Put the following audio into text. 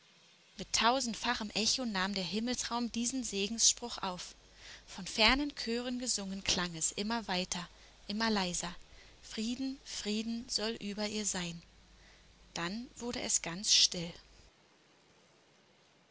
mit tausendfachem echo nahm der himmelsraum diesen segensspruch auf von fernen chören gesungen klang es immer weiter immer leiser frieden frieden soll über ihr sein dann wurde es ganz still